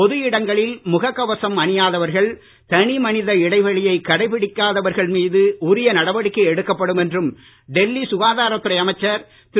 பொது இடங்களில் முக கவசம் அணியாதவர்கள் தனி மனித இடைவெளியை கடைபிடிக்காதவர்கள் மீது உரிய நடவடிக்கை எடுக்கப்படும் என்றும் டெல்லி சுகாதாரத்துறை அமைச்சர் திரு